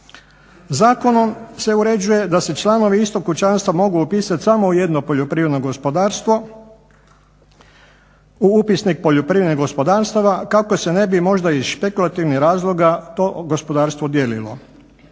Zakonom se uređuje da se članovi istog kućanstva mogu upisat samo u jedno poljoprivredno gospodarstvo u Upisnik poljoprivrednih gospodarstava kako se ne bi možda iz špekulativnih razloga to gospodarstvo dijelilo.